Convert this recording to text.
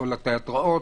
לכל התיאטראות,